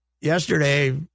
yesterday